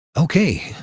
ok,